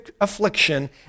affliction